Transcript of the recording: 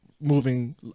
moving